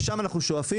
לשם אנחנו שואפים.